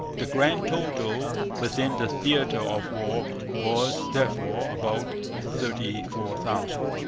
the grand total within the theatre of war was therefore about thirty-four thousand.